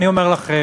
אני אומר לכם,